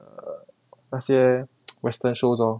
err 那些 western shows lor